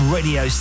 Radio